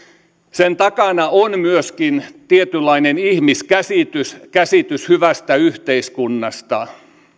sen takana on myöskin tietynlainen ihmiskäsitys käsitys hyvästä yhteiskunnasta